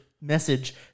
Message